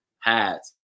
hats